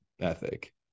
Ethic